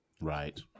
Right